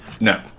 No